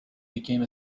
became